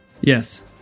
Yes